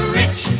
rich